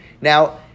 Now